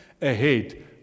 ahead